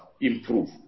improve